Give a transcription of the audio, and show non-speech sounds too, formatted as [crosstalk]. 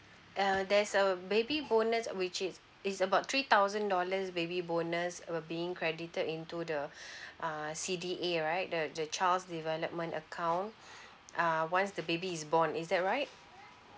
err there's a baby bonus which is is about three thousand dollars baby bonus were being credited into the [breath] err C_D_A right the the child's development account [breath] uh once the baby is born is that right